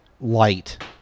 light